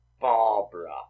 Barbara